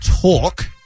talk